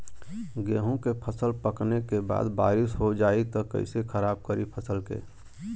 गेहूँ के फसल पकने के बाद बारिश हो जाई त कइसे खराब करी फसल के?